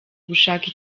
gushaka